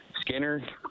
skinner